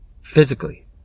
physically